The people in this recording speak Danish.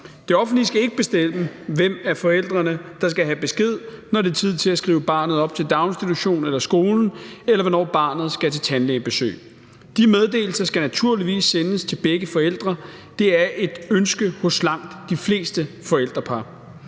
Det offentlige skal ikke bestemme, hvem af forældrene der skal have besked, når det er tid til at skrive barnet op til daginstitution eller skole, eller hvornår barnet skal til tandlægebesøg. De meddelelser skal naturligvis sendes til begge forældre. Det er et ønske hos langt de fleste forældrepar.